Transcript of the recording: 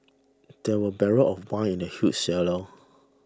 there were barrels of wine in the huge cellar